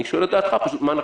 אני שואל את דעתך פשוט מה נכון.